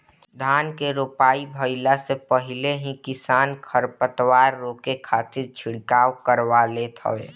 धान के रोपाई भइला से पहिले ही किसान खरपतवार रोके खातिर छिड़काव करवा लेत हवे